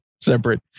separate